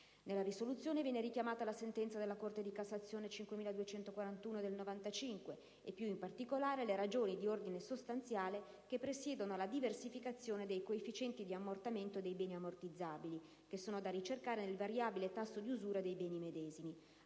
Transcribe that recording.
Nella risoluzione viene richiamata la sentenza della Corte di cassazione n. 5241 del 1995 e, più in particolare, le «ragioni di ordine sostanziale che presiedono alla diversificazione dei coefficienti di ammortamento dei beni ammortizzabili», che «sono da ricercare nel variabile tasso di usura dei beni medesimi».